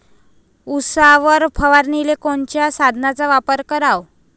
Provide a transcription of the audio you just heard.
उसावर फवारनीले कोनच्या साधनाचा वापर कराव?